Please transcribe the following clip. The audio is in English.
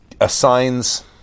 assigns